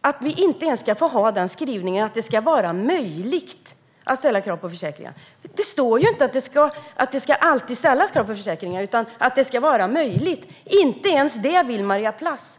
Ska vi inte ens få ha skrivningen att det ska vara möjligt att ställa krav på försäkringar? Det står inte att det alltid ska ställas krav på försäkringar, utan just att det ska vara möjligt. Inte ens detta vill Maria Plass!